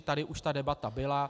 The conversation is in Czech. Tady už ta debata byla.